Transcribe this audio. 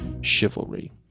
chivalry